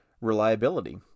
reliability